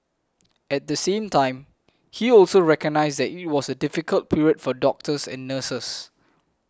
at the same time he also recognised that it was a difficult period for doctors and nurses